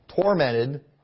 tormented